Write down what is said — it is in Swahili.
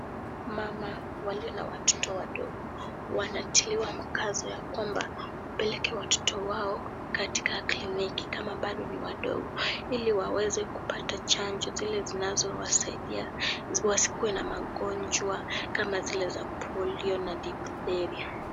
Mama, walio na watoto wadogo, wanatiwa mkazo ya kwamba wapeleke watoto wao katika kliniki kama bado ni wadogo, ili waweze kupata chanjo zile zinazowasaidia wasikuwe na magonjwa, kama zile za polio na diptheria .